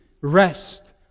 rest